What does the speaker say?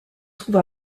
trouve